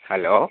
hello